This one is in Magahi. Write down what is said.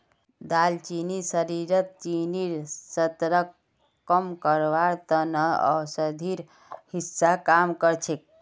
दालचीनी शरीरत चीनीर स्तरक कम करवार त न औषधिर हिस्सा काम कर छेक